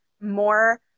more